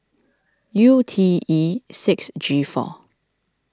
U T E six G four